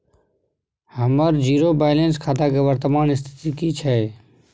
हमर zero balance खाता के वर्तमान स्थिति की छै?